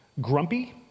grumpy